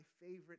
favorite